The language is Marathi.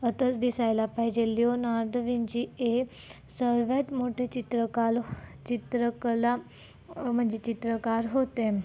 आतच दिसायला पाहिजे लिओनार्द विंची हे सर्वात मोठे चित्रकार चित्रकला म्हणजे चित्रकार होते